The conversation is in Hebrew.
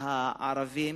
הערבים